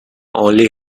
only